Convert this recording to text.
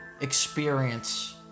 experience